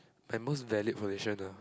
my most valued possession ah